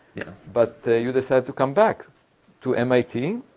yeah, but you decided to come back to mit,